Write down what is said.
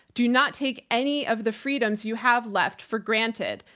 do not take any of the freedoms you have left for granted.